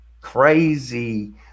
crazy